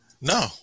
No